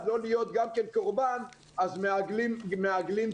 לא להיות גם כן קורבן ולכן מעגלים פינות,